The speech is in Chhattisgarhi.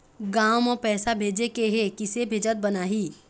गांव म पैसे भेजेके हे, किसे भेजत बनाहि?